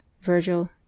Virgil